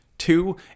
Two